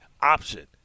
option